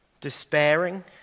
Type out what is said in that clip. Despairing